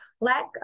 lack